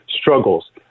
struggles